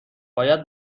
باید